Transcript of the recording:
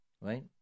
Right